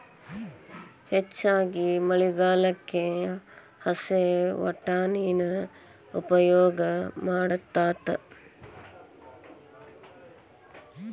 ಹೆಚ್ಚಾಗಿ ಮಳಿಗಾಲಕ್ಕ ಹಸೇ ವಟಾಣಿನ ಉಪಯೋಗ ಮಾಡತಾತ